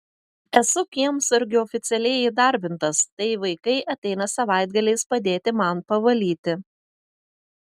esu kiemsargiu oficialiai įdarbintas tai vaikai ateina savaitgaliais padėti man pavalyti